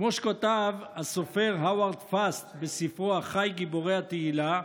כמו שכתב הסופר האוורד פאסט בספרו "אחיי גיבורי התהילה",